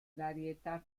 varietà